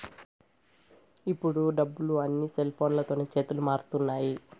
ఇప్పుడు డబ్బులు అన్నీ సెల్ఫోన్లతోనే చేతులు మారుతున్నాయి